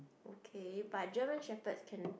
okay but German Shepherds can